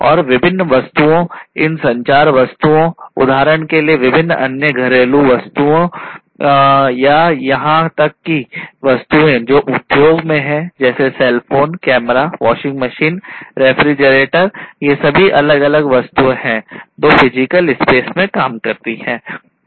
और विभिन्न वस्तुओं इन संचार वस्तुओं उदाहरण के लिए विभिन्न अन्य घरेलू वस्तुएं या यहां तक कि वस्तुएं जो उद्योगों में हैं जैसे cell phone camera washing machine refrigerator ये सभी अलग अलग वस्तुएं हैं दो फिजिकल स्पेस में काम करती है